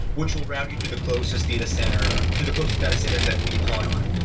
which will route you to the closest data center to the closest data center that we deploy on.